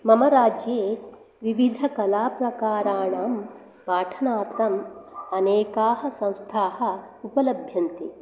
मम राज्ये विविधकलाप्रकराणां पाठनार्थम् अनेकाः संस्थाः उपलभ्यन्ते